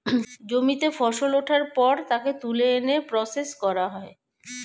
জমিতে ফসল ওঠার পর তাকে তুলে এনে প্রসেস করা হয়